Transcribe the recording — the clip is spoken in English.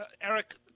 Eric